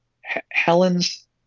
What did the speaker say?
Helen's